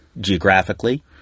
geographically